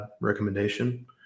recommendation